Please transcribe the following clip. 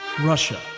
Russia